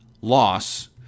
loss